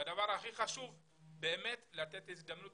והדבר הכי חשוב הוא באמת לתת הזדמנות,